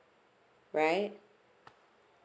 right